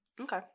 Okay